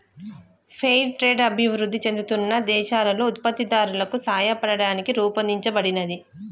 fair trade అభివృద్ధి చెందుతున్న దేశాలలో ఉత్పత్తిదారులకు సాయపడటానికి రూపొందించబడినది